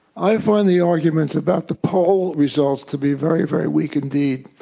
i found the argument about the poll results to be very, very weak indeed.